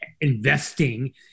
investing